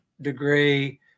degree